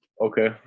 Okay